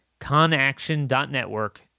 conaction.network